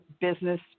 business